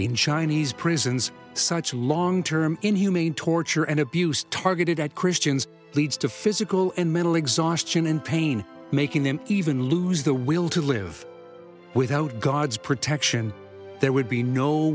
in chinese prisons such long term inhumane torture and abuse targeted at christians leads to physical and mental exhaustion and pain making them even lose the will to live without god's protection there would be no